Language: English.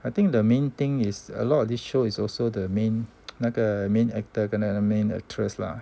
I think the main thing is a lot of this show is also the main 那个 main actor 跟那个 main actress lah